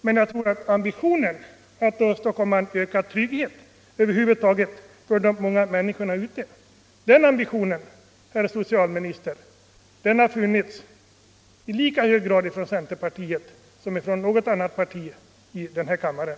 Men jag tror att ambitionen att åstadkomma ökad trygghet över huvud taget för de många människorna, herr socialministern, har funnits i lika hög grad inom centerpartiet som inom något annat parti i den här kammaren.